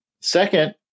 Second